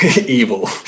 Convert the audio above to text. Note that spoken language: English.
evil